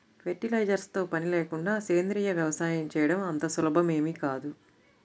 fertilisers తో పని లేకుండా సేంద్రీయ వ్యవసాయం చేయడం అంత సులభమేమీ కాదు